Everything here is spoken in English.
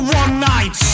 one-night